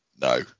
No